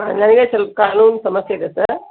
ನನಿಗೆ ಸೊಲ್ಪ್ ಕಾಲ್ ನೋವಿನ್ ಸಮಸ್ಯೆ ಇದೆ ಸರ್